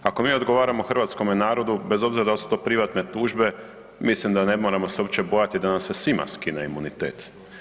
Ako mi odgovaramo hrvatskome narodu bez obzira dal su to privatne tužbe mislim da ne moramo se uopće bojati da nam se svima skine imunitet.